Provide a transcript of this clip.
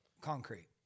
concrete